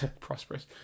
Prosperous